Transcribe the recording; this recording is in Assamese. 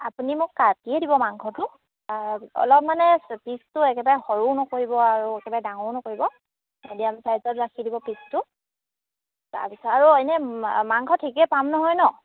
আপুনি মোক কাটিয়ে দিব মাংসটো অলপ মানে পিচটো একেবাৰে সৰু নকৰিব আৰু একেবাৰে ডাঙৰো নকৰিব মেডিয়াম চাইজত ৰাখি দিব পিচটো তাৰপিছত আৰু এনেই মাংস ঠিকেই পাম নহয় নহ্